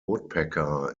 woodpecker